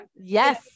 Yes